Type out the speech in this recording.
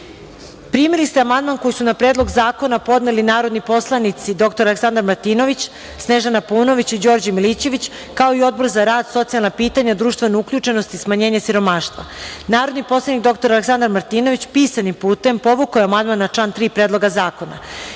ste amandmane koje su na Predlog zakona podneli narodni poslanici dr Aleksandar Martinović, Snežana Paunović i Đorđe Milićević, kao i Odbor za rad, socijalna pitanja, društvenu uključenost i smanjenje siromaštva. Narodni poslanik dr Aleksandar Martinović, pisanim putem, povukao je amandman na član 3. Predloga zakona. Primili